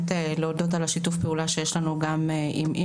אני רוצה בהזדמנות זו באמת להודות על השיתוף פעולה שיש לנו עם איריס,